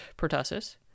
pertussis